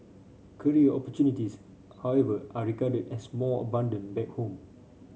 career opportunities however are regarded as more abundant back home